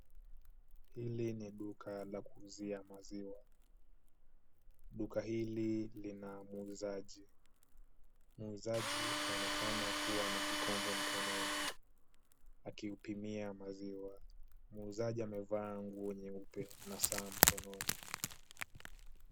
Hili ni duka la kuuzia maziwa, duka hili lina muuzaji. Muuzaji anaonekana kuwa na kikombe mkononi, akiupimia maziwa. Muuzaji amevaa nguo nyeupe na saa mkononi.